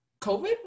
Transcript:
COVID